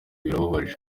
birababaje